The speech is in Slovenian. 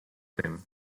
tem